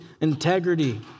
integrity